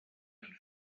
and